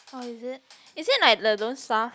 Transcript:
orh is it is it like the don't stuff